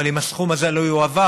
אבל אם הסכום הזה לא יועבר,